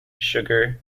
sugar